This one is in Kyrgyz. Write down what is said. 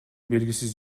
белгисиз